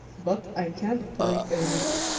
but, i can't break a rule.